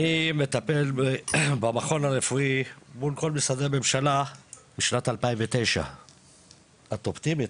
אני מטפל במכון הרפואי מול כל משרדי הממשלה משנת 2009. את אופטימית,